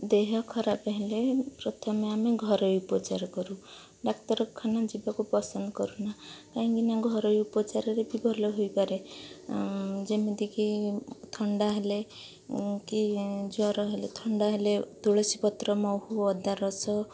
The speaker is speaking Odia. ଦେହ ଖରାପ ହେଲେ ପ୍ରଥମେ ଆମେ ଘରୋଇ ଉପଚାର କରୁ ଡାକ୍ତରଖାନା ଯିବାକୁ ପସନ୍ଦ କରୁନା କାହିଁକିନା ଘରୋଇ ଉପଚାରରେ ବି ଭଲ ହୋଇପାରେ ଯେମିତିକି ଥଣ୍ଡା ହେଲେ କି ଜ୍ୱର ହେଲେ ଥଣ୍ଡା ହେଲେ ତୁଳସୀପତ୍ର ମହୁ ଅଦା ରସ